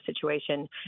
situation